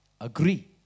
Agree